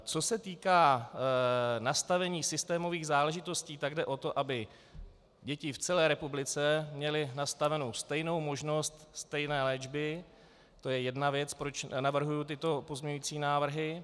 Co se týká nastavení systémových záležitostí, tak jde o to, aby děti v celé republice měly nastavenou stejnou možnost stejné léčby, to je jedna věc, proč navrhuji tyto pozměňující návrhy.